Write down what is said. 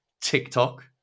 TikTok